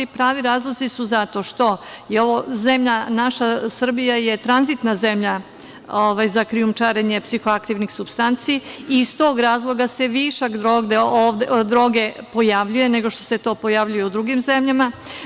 Pravi razlozi su to zato što je zemlja Srbija tranzitna zemlja za krijumčarenje psihoaktivnih supstanci, i iz tog razloga se viša droge ovde pojavljuje, nego što se to pojavljuje u drugim zemljama.